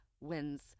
wins